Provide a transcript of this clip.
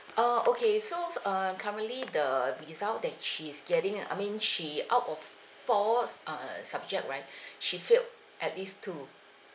uh okay so uh currently the result that she's getting I mean she out of four s~ uh subject right she failed at least two